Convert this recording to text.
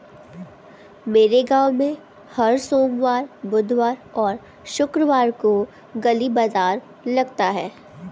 मेरे गांव में हर सोमवार बुधवार और शुक्रवार को गली बाजार लगता है